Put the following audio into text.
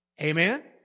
Amen